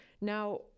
Now